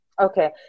Okay